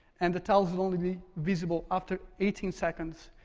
and the tiles would only be visible after eighteen seconds.